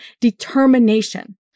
Determination